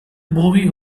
bowie